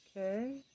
Okay